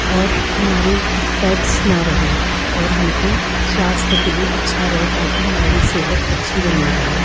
और हमारे फै़ट्स ना रहे और हमको स्वास्थ्य के लिए अच्छा रहता कि हमारी सेहत अच्छी बनी रहे